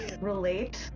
relate